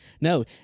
No